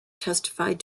testified